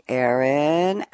Aaron